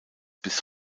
bis